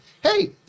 Hey